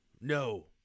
No